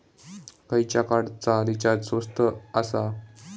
खयच्या कार्डचा रिचार्ज स्वस्त आसा?